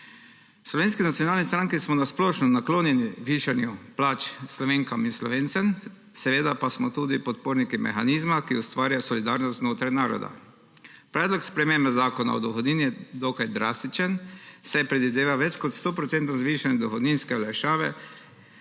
Slovenski nacionalni stranki smo na splošno naklonjeni višanju plač Slovenkam in Slovencem, seveda pa smo tudi podporniki mehanizma, ki ustvarja solidarnost znotraj naroda. Predlog sprememb Zakona o dohodnini je dokaj drastičen, saj predvideva več kot 100-procentno zvišanje dohodninske olajšave,